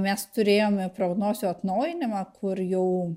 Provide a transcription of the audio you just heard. mes turėjome prognozių atnaujinimą kur jau